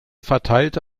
verteilte